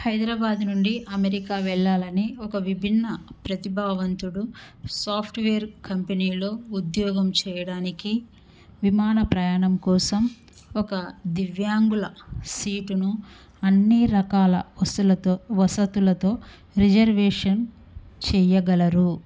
హైదరాబాద్ నుండి అమెరికా వెళ్ళాలి అని ఒక విభిన్న ప్రతిభావంతుడు సాఫ్ట్వేర్ కంపెనీలో ఉద్యోగం చేయడానికి విమాన ప్రయాణం కోసం ఒక దివ్యాంగుల సీటును అన్ని రకాల వసలతో వసతులతో రిజర్వేషన్ చేయగలరు